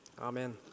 Amen